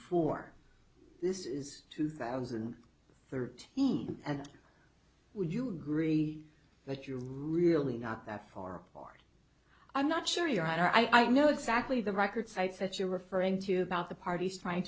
four this is two thousand and thirteen and would you agree that you're really not that far apart i'm not sure your honor i know exactly the record sites that you're referring to about the parties trying